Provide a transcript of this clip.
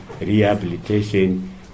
rehabilitation